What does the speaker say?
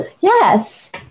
Yes